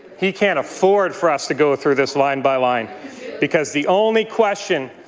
he can't afford for us to go through this line by line because the only question,